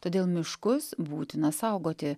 todėl miškus būtina saugoti